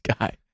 guy